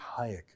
Hayek